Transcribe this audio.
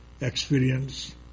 experience